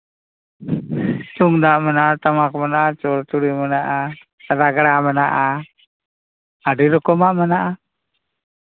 ᱛᱩᱢᱫᱟᱜ ᱢᱮᱱᱟᱜᱼᱟ ᱴᱟᱢᱟᱠ ᱢᱮᱱᱟᱜᱼᱟ ᱪᱚᱲᱪᱩᱲᱤ ᱢᱮᱱᱟᱜᱼᱟ ᱨᱮᱜᱽᱲᱟ ᱢᱮᱱᱟᱜᱼᱟ ᱟᱹᱰᱤ ᱨᱚᱠᱚᱢᱟᱜ ᱢᱮᱱᱟᱜᱼᱟ